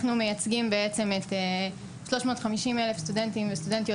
אנחנו מייצגים בעצם את 350 אלף סטודנטים וסטודנטיות